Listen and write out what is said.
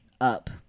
up